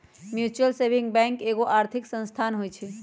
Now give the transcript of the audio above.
mutual saving bank एगो आर्थिक संस्थान होइ छइ